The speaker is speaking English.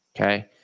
Okay